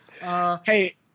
Hey